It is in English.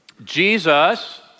Jesus